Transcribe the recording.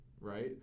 right